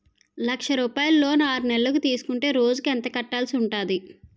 లక్ష రూపాయలు లోన్ ఆరునెలల కు తీసుకుంటే రోజుకి ఎంత కట్టాల్సి ఉంటాది?